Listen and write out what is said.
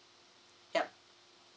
yup